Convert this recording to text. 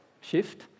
shift